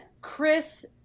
Chris